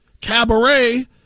cabaret